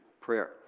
prayer